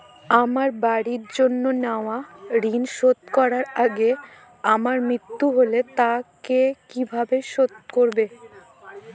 আমার বাড়ির জন্য নেওয়া ঋণ শোধ করার আগে আমার মৃত্যু হলে তা কে কিভাবে শোধ করবে?